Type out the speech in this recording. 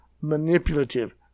manipulative